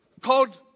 called